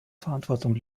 verantwortung